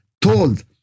told